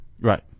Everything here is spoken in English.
Right